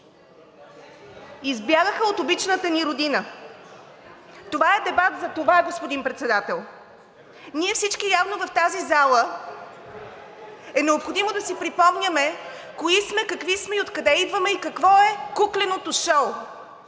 избягаха от обичната ни родина. Това е дебат за това, господин Председател. Ние всички явно в тази зала (реплики от ГЕРБ-СДС) е необходимо да си припомняме кои сме, какви сме, откъде идваме и какво е кукленото шоу.